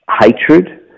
hatred